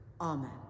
Amen